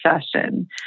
session